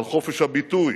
על חופש הביטוי,